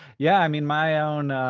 yeah, i mean, my own,